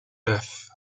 death